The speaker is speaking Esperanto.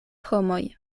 homoj